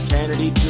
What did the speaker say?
Kennedy